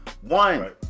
One